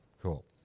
cool